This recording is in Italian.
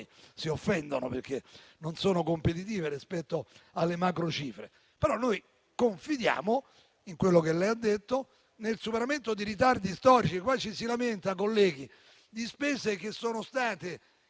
si offende, perché non competitivi rispetto alle macrocifre. Confidiamo in quello che lei ha detto per il superamento di ritardi storici; ci si lamenta, colleghi, di spese che sono state